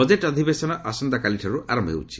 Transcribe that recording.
budget ଅଧିବେଶନ ଆସନ୍ତାକାଲିଠାରୁ ଆରମ୍ଭ ହେଉଛି